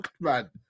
man